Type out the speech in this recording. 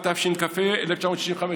הדברים נאמרו ונרשמו בפרוטוקול.